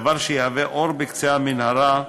דבר שיהווה אור בקצה המנהרה,